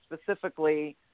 specifically